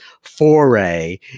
foray